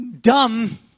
dumb